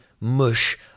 mush